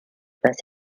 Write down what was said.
pas